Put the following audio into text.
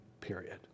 period